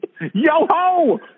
Yo-ho